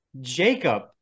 Jacob